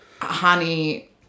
honey